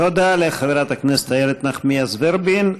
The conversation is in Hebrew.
תודה לחברת הכנסת איילת נחמיאס ורבין.